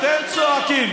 אתם צועקים.